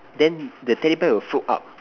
then the teddy bear will float up